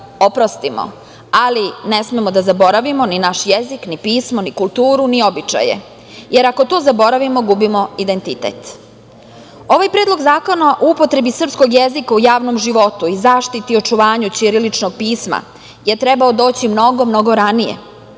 oprostimo, ali ne smemo da zaboravimo ni naš jezik, ni pismo, ni kulturu, ni običaje. Jer, ako to zaboravimo, gubimo identitet. Ovaj Predlog zakona o upotrebi srpskog jezika u javnom životu i zaštiti i očuvanju ćiriličnog pisma je trebalo doći mnogo, mnogo ranije,